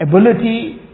ability